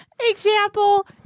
Example